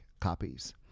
copies